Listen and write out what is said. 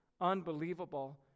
unbelievable